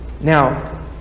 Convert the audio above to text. Now